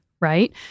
right